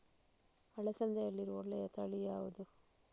ಅಲಸಂದೆಯಲ್ಲಿರುವ ಒಳ್ಳೆಯ ತಳಿ ಯಾವ್ದು?